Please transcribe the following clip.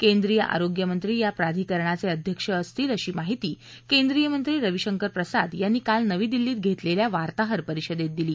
केंद्रीय आरोग्य मंत्री या प्राधिकरणाचे अध्यक्ष असतील अशी माहिती केंद्रीय मंत्री रविशंकर प्रसाद यांनी काल नवी दिल्लीत घेतलेल्या वार्ताहरपरिषदेत दिली